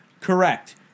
correct